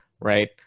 right